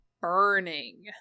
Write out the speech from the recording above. burning